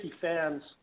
fans